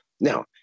Now